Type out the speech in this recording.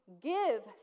give